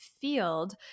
field